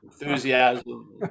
enthusiasm